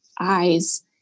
eyes